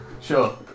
Sure